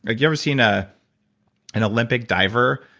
ah you ever seen ah an olympic diver.